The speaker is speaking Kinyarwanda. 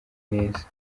neza